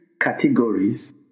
categories